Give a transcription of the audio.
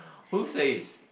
who says